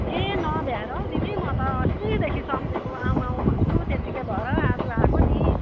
ए नभ्याएर हौ दिदी म त अस्तिदेखि सम्झिएको आउँ आउँ भन्छु त्यतिकै भएर आज आएको नि